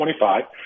25